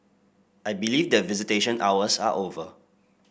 I believe that visitation hours are over